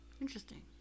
Interesting